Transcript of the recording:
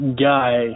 guy